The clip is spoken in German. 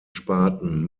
sparten